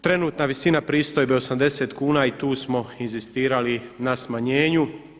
Trenutna visina pristojbe 80 kuna i tu smo inzistirali na smanjenju.